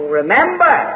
remember